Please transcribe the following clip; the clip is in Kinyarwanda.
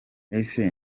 ese